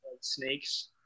snakes